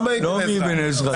לא מאבן עזרא.